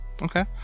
Okay